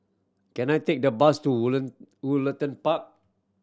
can I take the bus to Woollerton Park